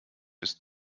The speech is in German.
ist